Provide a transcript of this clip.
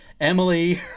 Emily